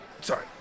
Sorry